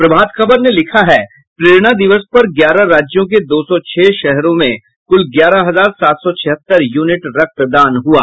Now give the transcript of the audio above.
प्रभात खबर ने लिखा है प्रेरणा दिवस पर ग्यारह राज्यों के दो सौ छह शहरों में कुल ग्यारह हजार सात सौ छिहत्तर यूनिट रक्त दान हुआ